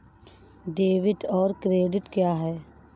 Debit और credit क्या है?